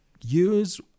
Use